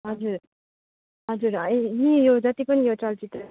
हजुर हजुर ए नि यो जति पनि यो चलचित्र